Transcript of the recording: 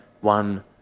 One